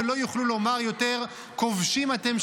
ולא יוכלו לומר יותר: כובשים אתם,